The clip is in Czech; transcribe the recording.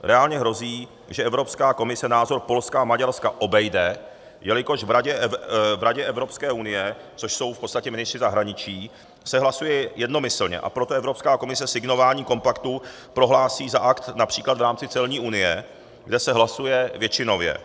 Reálně hrozí, že Evropská komise názor Polska a Maďarska obejde, jelikož v Radě Evropské unie, což jsou v podstatě ministři zahraničí, se hlasuje jednomyslně, a proto Evropská komise signování kompaktu prohlásí za akt například v rámci celní unie, kde se hlasuje většinově.